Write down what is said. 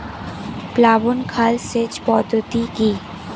প্লাবন খাল সেচ পদ্ধতি কি?